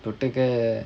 தொட்டுக்க:thottukka